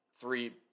three